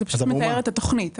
זה פשוט מתאר את התוכנית.